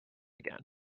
again